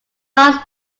not